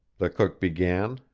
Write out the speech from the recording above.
the cook began,